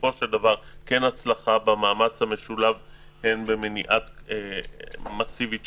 בסופו של דבר רואים הצלחה במאמץ המשולב למניעת כניסה מסיבית